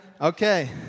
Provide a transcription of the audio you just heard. Okay